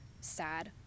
sad